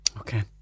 Okay